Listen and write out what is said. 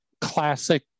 classic